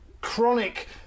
chronic